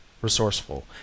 resourceful